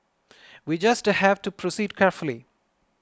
we just have to proceed carefully